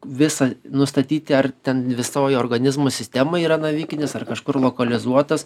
visą nustatyti ar ten visoj organizmo sistemoj yra navikinis ar kažkur lokalizuotas